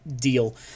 deal